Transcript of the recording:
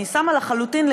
אני שמה לחלוטין,